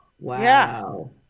wow